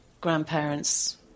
grandparents